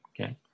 Okay